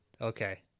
Okay